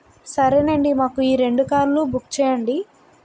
సరే అండి మాకు ఈ రెండు కార్లు బుక్ చేయండి